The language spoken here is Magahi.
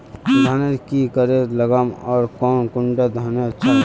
धानेर की करे लगाम ओर कौन कुंडा धानेर अच्छा गे?